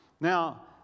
Now